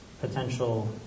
potential